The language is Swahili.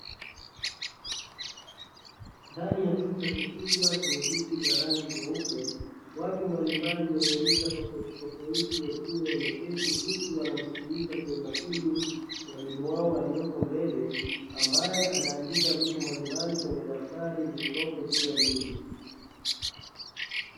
Ndani ya chumba kikubwa chenye viti vya rangi nyeupe, watu mbalimbali wenye rika tofautitofauti wakiwa wameketi huku wanamsikiliza kwa umakini mwalimu wao aliyeko mbele, ambaye anaandika vitu mbalimbali kwenye daftari lililopo juu ya meza.